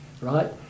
right